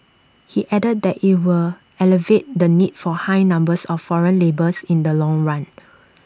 he added that IT will alleviate the need for high numbers of foreign labours in the long run